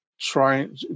trying